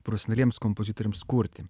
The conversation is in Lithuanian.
profesionialiems kompozitoriams kurti